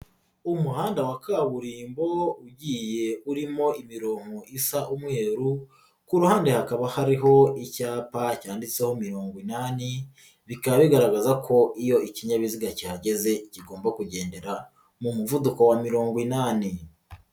Umuhanda wa kaburimbo ugiye urimo imironko isa umweru, ku ruhande hakaba hariho icyapa cyanditseho mirongo inani bikaba bigaragaza ko iyo ikinyabiziga kihageze kigomba kugendera mu muvuduko wa mirongo inani.